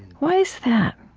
why is that?